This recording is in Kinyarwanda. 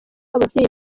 ababyeyi